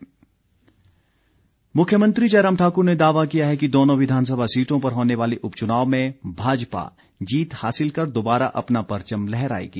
मुख्यमंत्री उपचुनाव मुख्यमंत्री जयराम ठाकुर ने दावा किया है कि दोनों विधानसभा सीटों पर होने वाले उपचुनाव में भाजपा जीत हासिल कर दोबारा अपना परचम लहराएगी